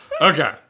okay